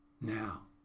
Now